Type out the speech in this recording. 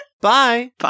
Bye